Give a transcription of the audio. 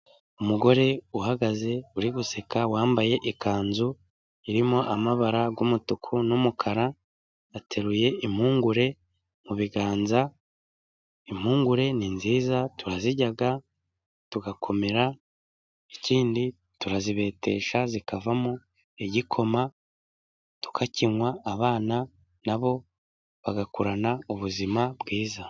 Umugore uhagaze uri guseka, wambaye ikanzu irimo amabara y'umutuku n'umukara, ateruye impungure mu biganza. Impungure ni nziza turazirya tugakomera, ikindi turazibetesha zikavamo igikoma tukakinwa, abana na bo bagakurana ubuzima bwiza.